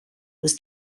was